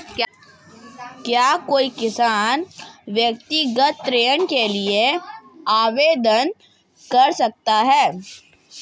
क्या कोई किसान व्यक्तिगत ऋण के लिए आवेदन कर सकता है?